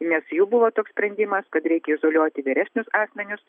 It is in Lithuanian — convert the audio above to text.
nes jų buvo toks sprendimas kad reikia izoliuoti vyresnius asmenis